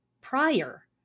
prior